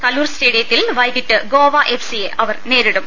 കലൂർ സ്റ്റേഡിയത്തിൽ വൈകിട്ട് ഗോവ എഫ്സിയെ അവർ നേരിടും